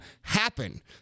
happen